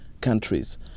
countries